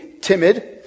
timid